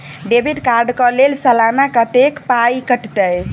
Debit card कऽ लेल सलाना कत्तेक पाई कटतै?